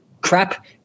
crap